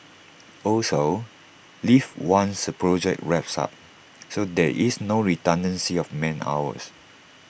also leave once A project wraps up so there is no redundancy of man hours